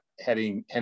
heading